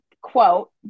quote